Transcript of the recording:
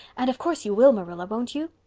and of course you will, marilla, won't you?